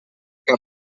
cap